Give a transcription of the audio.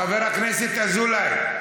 חבר הכנסת אזולאי.